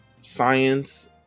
science